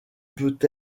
peut